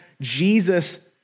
Jesus